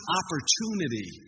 opportunity